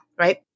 right